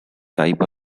type